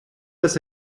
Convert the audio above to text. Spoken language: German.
das